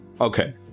Okay